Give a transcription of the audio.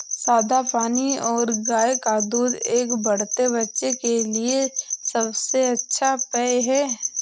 सादा पानी और गाय का दूध एक बढ़ते बच्चे के लिए सबसे अच्छा पेय हैं